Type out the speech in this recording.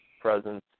presence